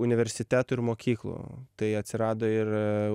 universitetų ir mokyklų tai atsirado ir